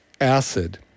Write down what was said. acid